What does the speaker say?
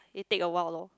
it take a while loh